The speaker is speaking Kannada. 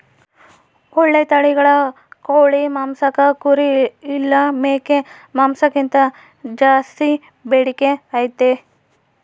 ಓಳ್ಳೆ ತಳಿಗಳ ಕೋಳಿ ಮಾಂಸಕ್ಕ ಕುರಿ ಇಲ್ಲ ಮೇಕೆ ಮಾಂಸಕ್ಕಿಂತ ಜಾಸ್ಸಿ ಬೇಡಿಕೆ ಐತೆ